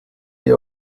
ihr